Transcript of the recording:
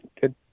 good